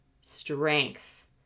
strength